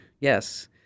Yes